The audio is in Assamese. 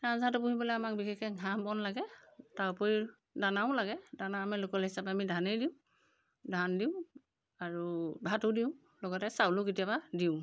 ৰাজহাঁহটো পুহিবলৈ আমাক বিশেষকৈ ঘাঁহ বন লাগে তাৰ উপৰি দানাও লাগে দানা আমি লোকেল হিচাপে আমি ধানেই দিওঁ ধান দিওঁ আৰু ভাতো দিওঁ লগতে চাউলো কেতিয়াবা দিওঁ